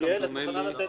נוכל לדבר